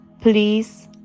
please